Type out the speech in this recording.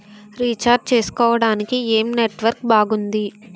Recharge చేసుకోవటానికి ఏం network బాగుంది?